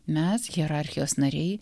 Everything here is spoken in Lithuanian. mes hierarchijos nariai